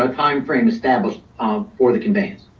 ah timeframe established um for the conveyance.